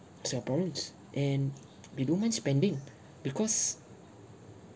singaporeans and they don't mind spending because